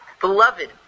Beloved